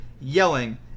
yelling